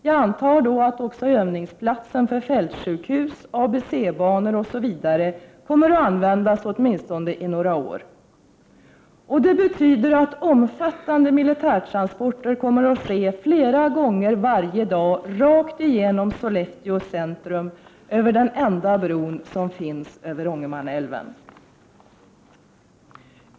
Jag antar då att också övningsplatsen för fältsjukhus, ABC-banor osv. kommer att användas åtminstone under några år. Det betyder att omfattande militärtransporter kommer att ske flera gånger varje dag rakt genom Sollefteå centrum över den enda bro som finns över Ångermanälven.